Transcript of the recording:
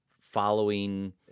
following